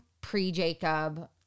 pre-Jacob